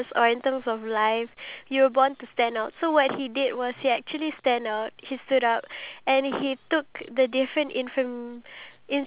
then I I also feel like it's a good way because I just like how amazing it is like in one minute you ac~ can actually portray to us